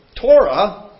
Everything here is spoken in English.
Torah